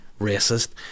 racist